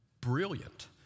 Brilliant